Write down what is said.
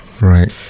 Right